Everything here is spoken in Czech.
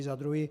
Za druhé.